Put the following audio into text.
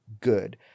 good